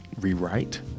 rewrite